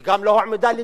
היא גם לא הועמדה לדין.